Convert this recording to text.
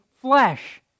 flesh